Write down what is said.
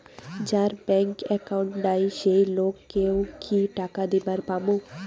যার bank account নাই সেই লোক কে ও কি টাকা দিবার পামু?